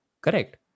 correct